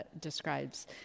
describes